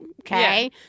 okay